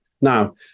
Now